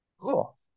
Cool